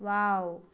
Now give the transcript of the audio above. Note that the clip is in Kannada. ವಾವ್